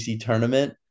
tournament